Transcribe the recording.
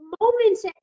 moments